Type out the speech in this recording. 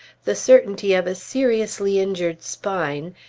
the certainty of a seriously injured spine,